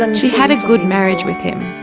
and she had a good marriage with him